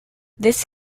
this